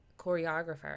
choreographer